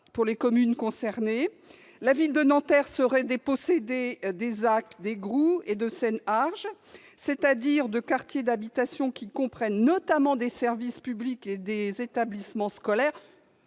pour les communes concernées. La ville de Nanterre serait dépossédée des ZAC des Groues et de Seine Arche, des quartiers d'habitation qui comprennent notamment des services publics et des établissements scolaires,